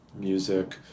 music